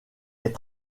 est